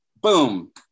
Boom